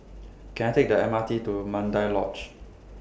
Can I Take The M R T to Mandai Lodge